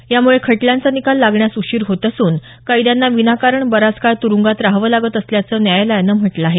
यामुळे खटल्यांचा निकाल लागण्यास उशीर होत असून कैद्यांना विनाकारण बराच काळ तुरुंगात रहावं लागत असल्याचं न्यायालयानं म्हटलं आहे